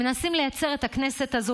מנסים לצייר את הכנסת הזאת,